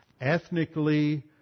ethnically